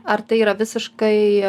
ar tai yra visiškai